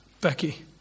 Becky